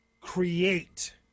create